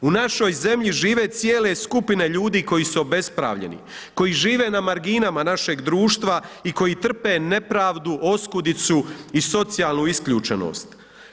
U našoj zemlji žive cijele skupine ljudi koji su obespravljeni, koji žive na marginama našeg društva i koji trpe nepravdu, oskudicu i socijalnu isključenost.